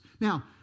Now